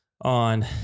On